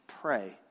pray